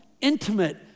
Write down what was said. intimate